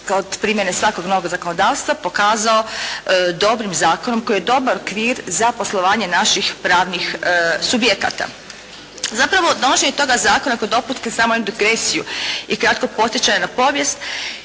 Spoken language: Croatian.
kod primjene svakog novog zakonodavstva pokazao dobrim zakonom koji je dobar okvir za poslovanje naših pravnih subjekata. Zapravo donošenje toga zakona kod …/Govornik se ne razumije./… samo jednu digresiju i kratkog podsjećanja na povijest